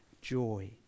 joy